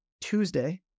Tuesday